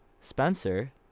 Spencer